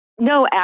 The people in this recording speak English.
No